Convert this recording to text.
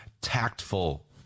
tactful